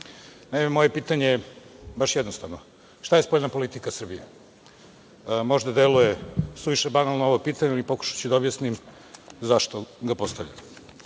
moje pitanje je baš jednostavno – šta je spoljna politika Srbije? Možda deluje suviše banalno ovo pitanje, ali pokušaću da objasnim zašto ga postavljam. Nedavno